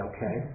Okay